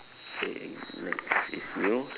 okay next is you